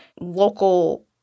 local